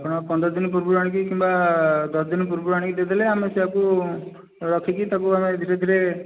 ଆପଣ ପନ୍ଦରଦିନ ପୂର୍ବରୁ ଆଣିକି କିମ୍ବା ଦଶଦିନ ପୂର୍ବରୁ ଆଣିକି ଦେଇଦେଲେ ଆମେ ସେୟାକୁ ରଖିକି ତାକୁ ଆମେ ଧୀରେ ଧୀରେ